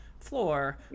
floor